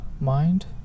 mind